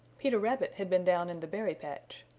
peter rabbit had been down in the berry patch.